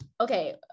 okay